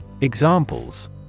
Examples